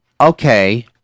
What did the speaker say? Okay